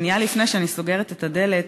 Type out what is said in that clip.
שנייה לפני שאני סוגרת את הדלת,